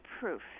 proof